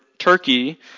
Turkey